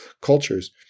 cultures